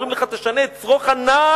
אומרים לך: תשנה את שרוך הנעל